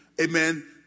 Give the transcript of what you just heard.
amen